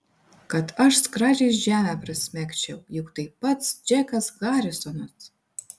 kad aš skradžiai žemę prasmegčiau juk tai pats džekas harisonas